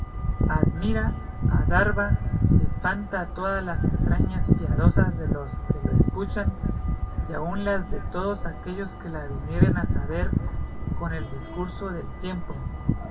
admira adarva espanta a todas las entrañas piadosas de los que lo escuchan y aun las de todos aquellos que lo vinieren a saber con el discurso del tiempo